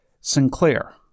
Sinclair